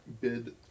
bid